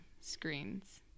screens